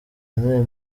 n’uyu